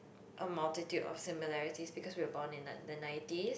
a multitude of similarities because we are born in like in the nineties